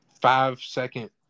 five-second